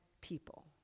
people